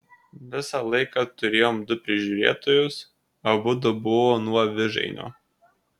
visą laiką turėjom du prižiūrėtojus abudu buvo nuo vižainio